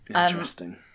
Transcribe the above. Interesting